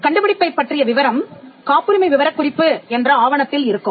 கண்டுபிடிப்பைப் பற்றிய விவரம் காப்புரிமை விவரக்குறிப்பு என்ற ஆவணத்தில் இருக்கும்